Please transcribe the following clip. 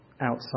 outside